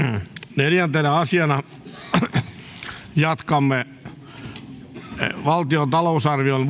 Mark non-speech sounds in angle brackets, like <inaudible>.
neljäntenä asiana jatkamme vuoden kaksituhattakahdeksantoista valtion talousarvion <unintelligible>